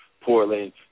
Portland